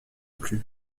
plus